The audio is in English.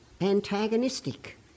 antagonistic